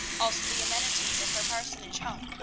also the amenities of her parsonage home.